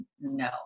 No